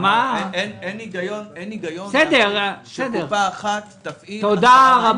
אין היגיון שקופה אחת תפעיל --- תודה רבה.